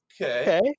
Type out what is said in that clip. Okay